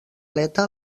aleta